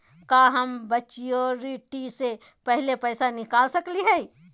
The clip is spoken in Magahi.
का हम मैच्योरिटी से पहले पैसा निकाल सकली हई?